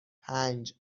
پنج